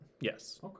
yes